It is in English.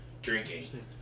Drinking